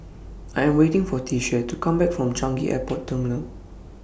I Am waiting For Tishie to Come Back from Changi Airport Terminal